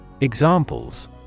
Examples